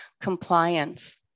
compliance